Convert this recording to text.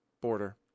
border